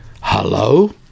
Hello